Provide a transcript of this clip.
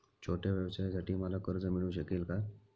छोट्या व्यवसायासाठी मला कर्ज मिळू शकेल का?